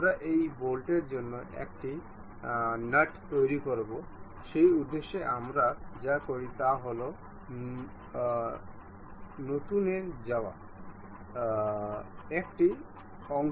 আমরা লিনিয়ার কাপলারের জন্য উপাদান সন্নিবেশ করতে যাব আমি লোড করছি